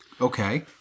Okay